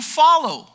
follow